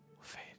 fade